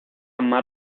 más